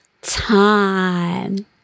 time